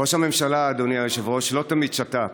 ראש הממשלה, אדוני היושב-ראש, לא תמיד שתק.